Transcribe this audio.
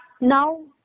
Now